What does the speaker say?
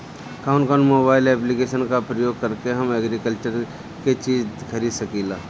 कउन कउन mobile application का प्रयोग करके हम एग्रीकल्चर के चिज खरीद सकिला?